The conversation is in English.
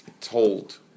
told